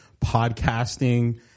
podcasting